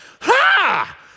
ha